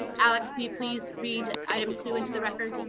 alex, can you please read item two into the record.